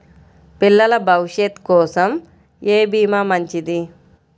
పిల్లల భవిష్యత్ కోసం ఏ భీమా మంచిది?